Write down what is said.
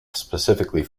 specifically